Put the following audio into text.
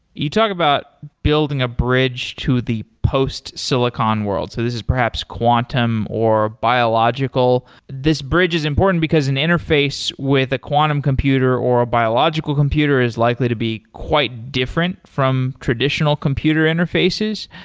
you talk about building a bridge to the post silicon world. so this is perhaps quantum, or biological. this bridge is important, because an interface with a quantum computer, or a biological computer is likely to be quite different from traditional computer interfaces.